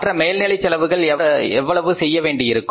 மற்ற மேல்நிலை செலவுகள் எவ்வளவு செய்யவேண்டியிருக்கும்